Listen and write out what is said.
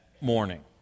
morning